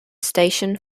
station